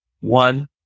One